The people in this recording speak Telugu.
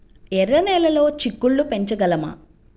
ఎర్ర నెలలో చిక్కుళ్ళు పెంచగలమా?